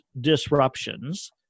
disruptions